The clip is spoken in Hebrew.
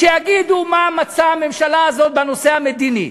שיגידו מה מצע הממשלה הזאת בנושא המדיני,